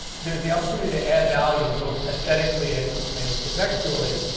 there's the opportunity to add value, both aesthetically and and contextually.